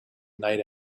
night